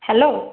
hello